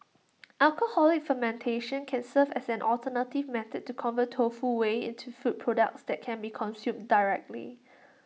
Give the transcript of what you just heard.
alcoholic fermentation can serve as an alternative method to convert tofu whey into food products that can be consumed directly